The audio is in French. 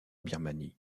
birmanie